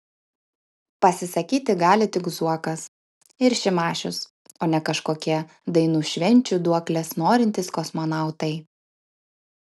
pasisakyti gali tik zuokas ir šimašius o ne kažkokie dainų švenčių duoklės norintys kosmonautai